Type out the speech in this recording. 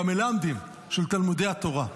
למלמדים של תלמודי התורה.